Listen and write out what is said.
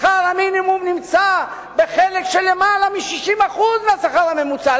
שכר המינימום נמצא בחלק של למעלה מ-60% מהשכר הממוצע.